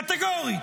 קטגורית,